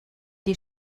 die